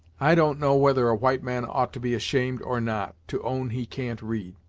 i don't know whether a white man ought to be ashamed, or not, to own he can't read,